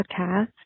podcast